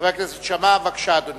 חבר הכנסת שאמה, בבקשה, אדוני.